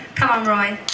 c'mon roy.